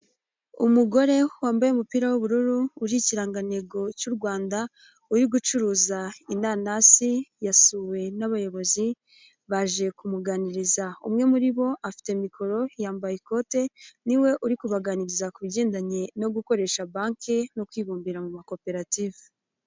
Umugore wambaye umupira w'ubururu uriho ikirangantego cy'u Rwanda uri gucuruza inanasi yasuwe n'abayobozi baje kumuganiriza, umwe muri bo afite mikoro yambaye ikote niwe uri kubaganiriza ku bigendanye no gukoresha banki no kwibumbira mu makoperative.